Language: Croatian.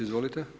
Izvolite.